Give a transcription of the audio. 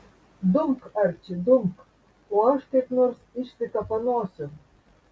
dumk arči dumk o aš kaip nors išsikapanosiu